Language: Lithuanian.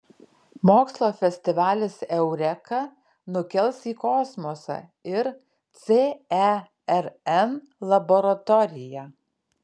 mokslo festivalis eureka nukels į kosmosą ir cern laboratoriją